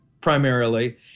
primarily